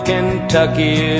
Kentucky